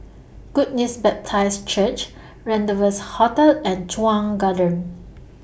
Good News Baptist Church Rendezvous Hotel and Chuan Garden